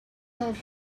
have